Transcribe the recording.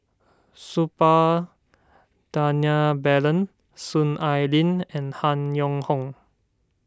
Suppiah Dhanabalan Soon Ai Ling and Han Yong Hong